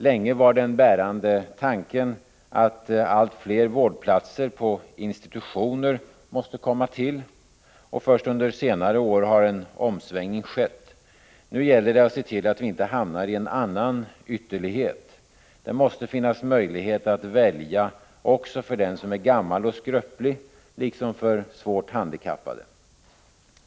Länge var den bärande tanken att allt fler vårdplatser på institutioner måste komma till. Först under senare år har en omsvängning skett. Nu gäller det att se till att vi inte hamnar i en annan ytterlighet. Det måste finnas möjligheter att välja också för den som är gammal och skröplig liksom för svårt handikappade.